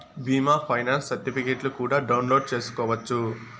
బీమా ఫైనాన్స్ సర్టిఫికెట్లు కూడా డౌన్లోడ్ చేసుకోవచ్చు